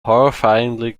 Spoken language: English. horrifyingly